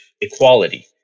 equality